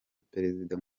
perezida